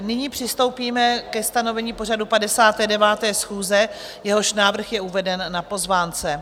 Nyní přistoupíme ke stanovení pořadu 59. schůze, jehož návrh je uveden na pozvánce.